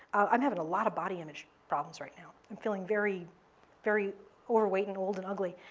i'm having a lot of body image problems right now. i'm feeling very very overweight and old and ugly,